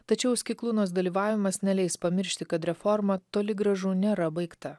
tačiau skiklūnos dalyvavimas neleis pamiršti kad reforma toli gražu nėra baigta